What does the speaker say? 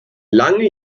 lange